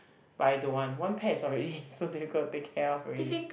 but I don't want one pet is already so difficult to take care of already